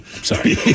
Sorry